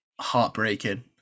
heartbreaking